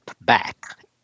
back